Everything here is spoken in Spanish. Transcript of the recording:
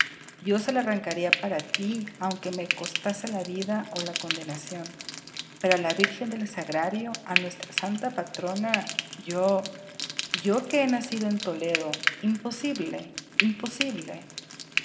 yo se la arrancaría para tí aunque ne costase la vida ó la condenación pero á la virgen del sagrario á nuestra santa patrona yo yo que he nacido en toledo imposible imposible